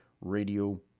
radio